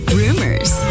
rumors